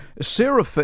Sarah